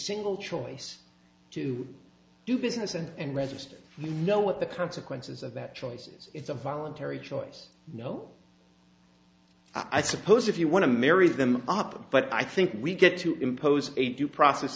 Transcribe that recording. single choice to do business and rest we know what the consequences of that choices it's a voluntary choice no i suppose if you want to marry them up but i think we get to impose a due process